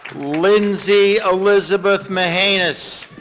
lindsey elizabeth mahannes.